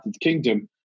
Kingdom